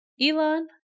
Elon